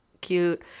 cute